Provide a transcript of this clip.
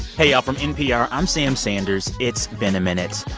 hey, y'all. from npr, i'm sam sanders, it's been a minute.